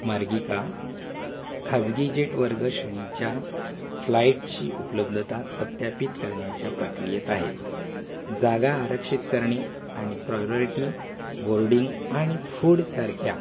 मार्गिका खाजगी जेट वर्ग श्रेणीच्या फ्लाईटची उपलब्धता सत्यापित करण्याच्या प्रक्रियेत आहेत जागा आरक्षित करणे आणि प्रॉयरॉयटी बोर्डींग आणि फ्फूडसारख्या